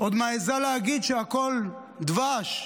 עוד מעיזה להגיד שהכול דבש.